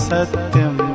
Satyam